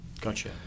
Gotcha